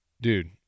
dude